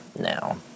now